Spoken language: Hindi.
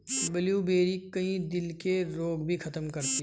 ब्लूबेरी, कई दिल के रोग भी खत्म करती है